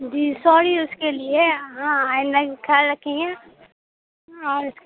جی sorry اس کے لیے ہاں آئندہ کھیال رکھیں گے اور